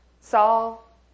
Saul